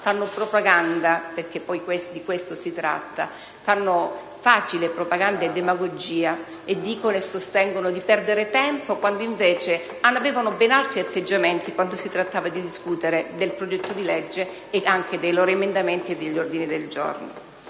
fanno propaganda (perché di questo si tratta), facile propaganda e demagogia e sostengono di perdere tempo, mentre avevano ben altri atteggiamenti quando si trattava di discutere del disegno di legge e anche dei loro emendamenti e ordini del giorno.